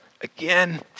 again